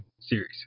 series